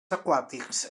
aquàtics